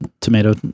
Tomato